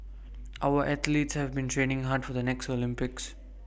our athletes have been training hard for the next Olympics